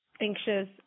anxious